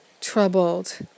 troubled